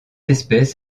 espèce